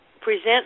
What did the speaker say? present